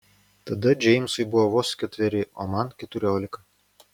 tada džeimsui buvo vos ketveri o man keturiolika